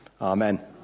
Amen